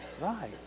Right